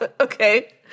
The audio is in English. okay